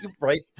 Right